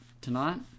tonight